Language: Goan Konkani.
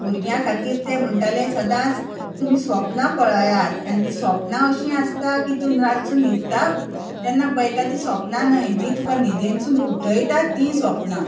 भुरग्यां खातीर तें म्हणटाले सदांच तुमी स्वपनां पळेयात आनी ती स्वपनां अशीं आसतां की तूं रातचो न्हिदता तेन्ना पळेता ती स्वपनां न्हय तुका न्हिदेसून उठयता ती स्वपनां